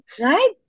Right